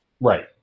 right